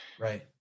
Right